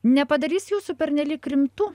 nepadarys jūsų pernelyg rimtu